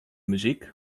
muzyk